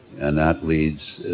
and that leads